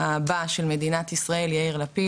של מדינת ישראל יאיר לפיד.